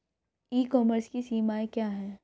ई commerce की सीमाएं क्या हैं?